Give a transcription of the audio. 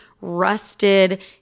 rusted